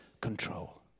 control